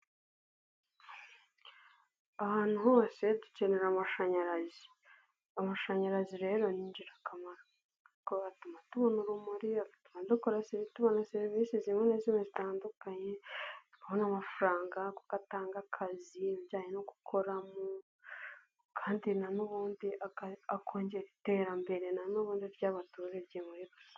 Ahantu hose dukenera amashanyarazi. Amashanyarazi rero ni ingirakamaro. Kuko atuma tubona urumuri, atuma tubona serivisi zimwe na zimwe zitandukanye, tubona amafaranga kuko atanga akazi mu bijyanye no gukoramo, kandi n'ubundi akongera iterambere n'ubundi ry'abaturage muri rusange.